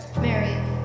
Mary